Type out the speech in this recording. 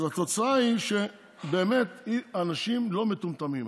אז התוצאה היא, באמת, אנשים לא מטומטמים.